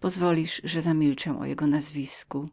pozwolisz że przemilczę o jego nazwisku